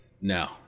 No